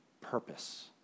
purpose